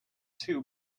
two